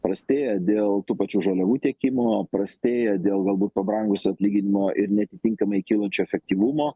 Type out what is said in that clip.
prastėja dėl tų pačių žaliavų tiekimo prastėja dėl galbūt pabrangusio atlyginimo ir neatitinkamai kylančio efektyvumo